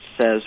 says